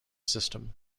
system